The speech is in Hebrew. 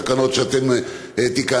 תקנות שאתם תיקנתם,